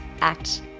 act